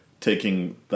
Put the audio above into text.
taking